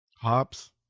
Hops